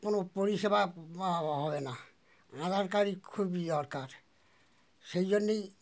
কোনো পরিষেবা হবে না আধার কার্ডই খুবই দরকার সেই জন্যেই